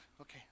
Okay